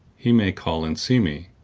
he may call and see me,